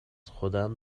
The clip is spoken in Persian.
خودم